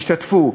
ישתתפו,